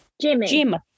Jimmy